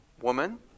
Woman